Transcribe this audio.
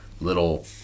little